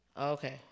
Okay